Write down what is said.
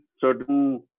certain